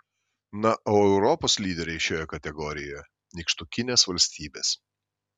na o europos lyderiai šioje kategorijoje nykštukinės valstybės